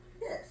Yes